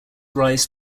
rise